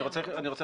אני רוצה